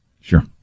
Sure